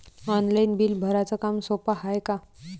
Online bill भराच काम सोपं हाय का?